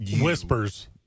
whispers